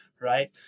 right